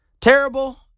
Terrible